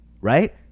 Right